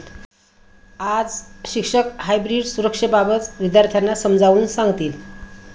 आज शिक्षक हायब्रीड सुरक्षेबाबत विद्यार्थ्यांना समजावून सांगतील